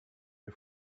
you